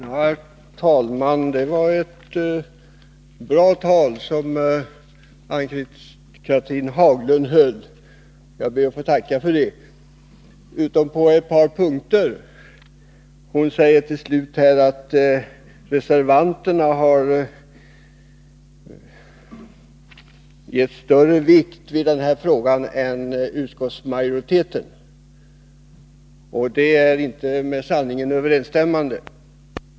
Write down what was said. Herr talman! Det var ett bra tal som Ann-Cathrine Haglund höll — jag ber att få tacka för det — utom på ett par punkter. Hon sade avslutningsvis att reservanterna hade fäst större vikt vid den här frågan än utskottsmajoriteten. Det är inte med sanningen överensstämmande.